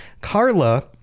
carla